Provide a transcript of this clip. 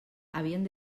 havien